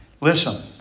Listen